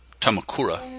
Tamakura